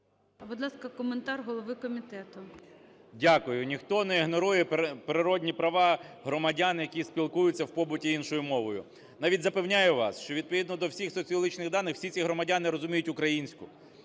Будь ласка, коментар голови комітету. 16:49:57 КНЯЖИЦЬКИЙ М.Л. Дякую. Ніхто не ігнорує природні права громадян, які спілкуються в побуті іншою мовою. Навіть запевняю вас, що відповідно до всіх соціологічних даних всі ці громадяни розуміють українську,